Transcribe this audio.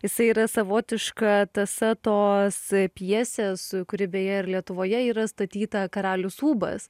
jisai yra savotiška tąsa tos pjesės kuri beje ir lietuvoje yra statyta karalius ūbas